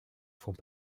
font